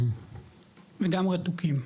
וגם רתוקים.